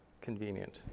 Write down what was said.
convenient